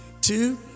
Two